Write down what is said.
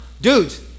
dudes